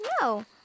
No